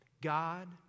God